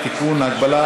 התשע"ז